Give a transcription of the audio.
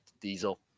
diesel